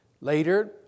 Later